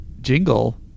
jingle